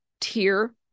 tier